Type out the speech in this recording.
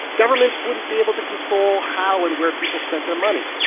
governments wouldn't be able to control how and where people spent their money.